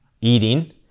eating